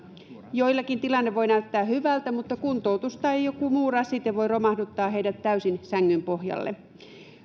joillakin tilanne voi näyttää hyvältä mutta kuntoutus tai joku muu rasite voi romahduttaa heidät täysin sängyn pohjalle